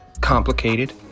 complicated